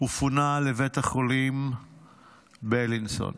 ופונה לבית החולים בילינסון.